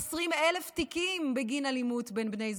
מ-20,000 תיקים בגין אלימות בין בני זוג,